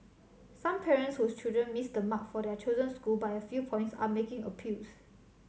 some parents whose children missed the mark for their chosen school by a few points are making appeals